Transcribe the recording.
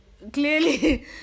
Clearly